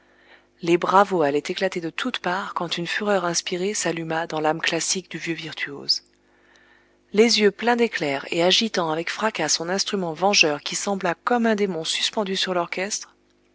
les bravos allaient éclater de toutes parts quand une fureur inspirée s'alluma dans l'âme classique du vieux virtuose les yeux pleins d'éclairs et agitant avec fracas son instrument vengeur qui sembla comme un démon suspendu sur l'orchestre